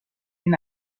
این